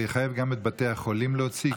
זה יחייב גם את בתי החולים להוציא?